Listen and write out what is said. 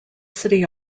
city